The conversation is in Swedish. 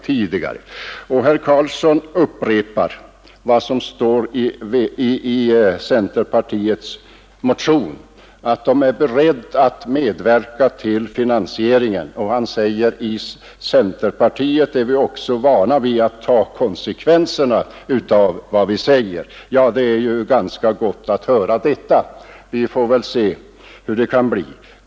Herr Carlsson i Vikmanshyttan upprepade vad som står i centerpartiets motion om att centerpartiet är berett att medverka till finansieringen. Han sade också att man inom centerpartiet är van vid att ta konsekvenserna av vad man säger. Det är gott att höra detta. Vi får väl se hur det kan bli.